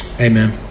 Amen